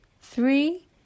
three